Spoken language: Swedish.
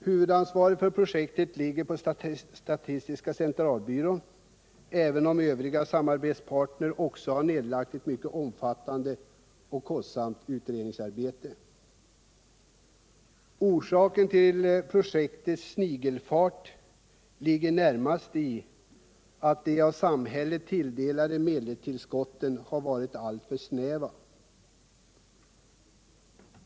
Huvudansvaret för projektet ligger på statistiska centralbyrån, även om Övriga samarbetspartner också har lagt ned ett mycket omfattande och kostsamt utredningsarbete. Orsaken till projektets ”snigelfart” ligger närmast i att de av samhället tilldelade medelstillskotten varit alltför snäva.